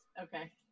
Okay